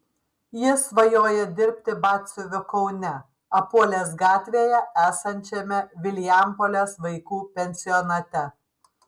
jis svajoja dirbti batsiuviu kaune apuolės gatvėje esančiame vilijampolės vaikų pensionate